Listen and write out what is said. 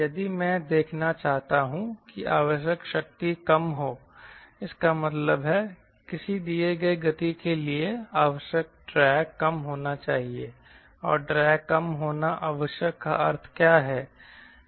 यदि मैं देखना चाहता हूं कि आवश्यक शक्ति कम हो इसका मतलब है किसी दिए गए गति के लिए आवश्यक ड्रैग कम होना चाहिए और ड्रैग कम होना आवश्यक का अर्थ क्या है